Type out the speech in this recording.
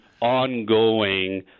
ongoing